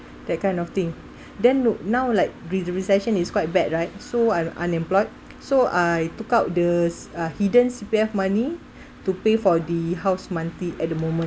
that kind of thing then now like re~ recession is quite bad right so I'm unemployed so I took out the uh hidden C_P_F money to pay for the house monthly at the moment